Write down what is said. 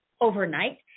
overnight